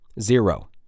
Zero